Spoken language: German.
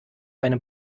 eine